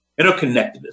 interconnectedness